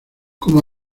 como